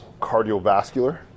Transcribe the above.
cardiovascular